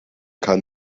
kann